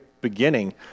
beginning